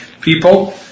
people